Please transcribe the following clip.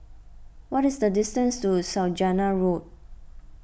what is the distance to Saujana Road